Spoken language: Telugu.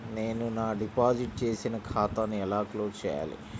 నేను నా డిపాజిట్ చేసిన ఖాతాను ఎలా క్లోజ్ చేయాలి?